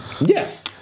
Yes